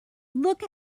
look